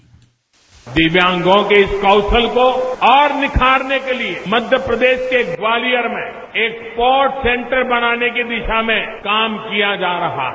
bite दिव्यांगों के इस कौशल को और निखारने के लिए मध्यल प्रदेश के ग्वायलियर में एक स्पोऔर्ट सेंटर बनाने की दिशा में काम किया जा रहा है